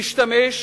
תשתמש,